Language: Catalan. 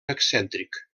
excèntric